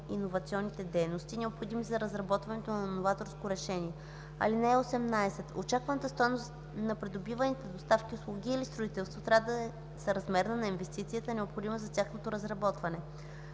иновационните дейности, необходими за разработването на новаторското решение. (18) Очакваната стойност на придобиваните доставки, услуги или строителство трябва да е съразмерна на инвестицията, необходима за тяхното разработване.